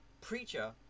Preacher